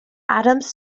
adams